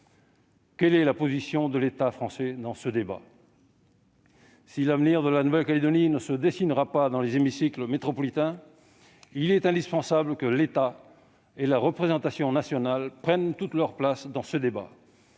quelle est la position de l'État français dans ce débat ? Si l'avenir de la Nouvelle-Calédonie n'a pas vocation à se dessiner dans les hémicycles métropolitains, il est néanmoins indispensable que l'État et la représentation nationale prennent toute leur place dans ce débat.